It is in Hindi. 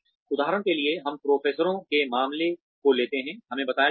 उदाहरण के लिए हम प्रोफेसरों के मामले को लेते हैं हमें बताया जाता है